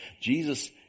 Jesus